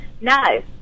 no